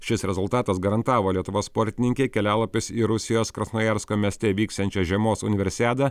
šis rezultatas garantavo lietuvos sportininkei kelialapius į rusijos krasnojarsko mieste vyksiančią žiemos universiadą